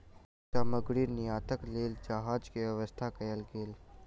सामग्री निर्यातक लेल जहाज के व्यवस्था कयल गेल